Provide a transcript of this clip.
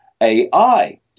AI